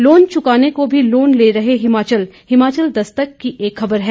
loan चुकाने को भी लोन ले रहा हिमाचल हिमाचल दस्तक की एक खबर है